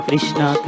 Krishna